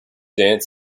dance